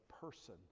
person